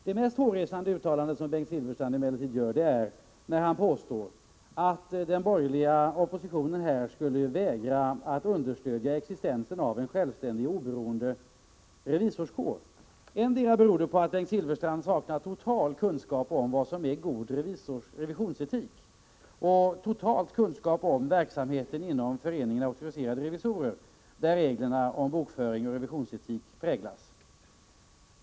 Det mest hårresande uttalande som Bengt Silfverstrand gör är emellertid när han påstår att den borgerliga oppositionen här skulle vägra att understödja existensen av en självständig och oberoende revisorskår. Det kan bero på att Bengt Silfverstrand totalt saknar kunskap om vad som är god revisionsetik och totalt saknar kunskap om verksamheten inom Föreningen Auktoriserade revisorer, där reglerna om bokföring och revisorsetik präglas.